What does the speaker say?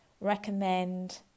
recommend